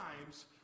times